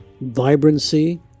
vibrancy